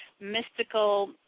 mystical